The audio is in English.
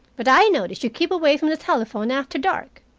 but i notice you keep away from the telephone after dark.